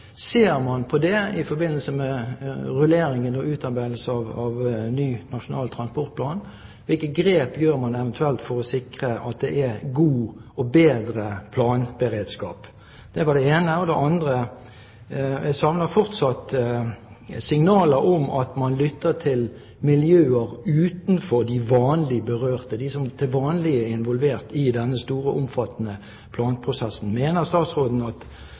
Ser man på det i forbindelse med rulleringen og utarbeidelse av ny nasjonal transportplan? Hvilke grep tar man eventuelt for å sikre at det er god og bedre planberedskap? Det var det ene. Det andre er: Jeg savner fortsatt signaler om at man lytter til miljøer utenfor de vanlig berørte – de som til vanlig er involvert i denne store og omfattende planprosessen. Mener statsråden at